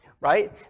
right